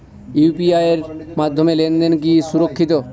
UPI এর মাধ্যমে লেনদেন কি সুরক্ষিত?